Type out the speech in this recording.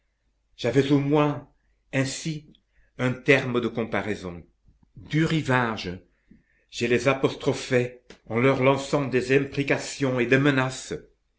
j'avais au moins ainsi un terme de comparaison du rivage je les apostrophais en leur lançant des imprécations et des menaces